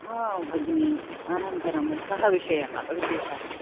भगिनी अनन्तरं कः विषयः विशेषः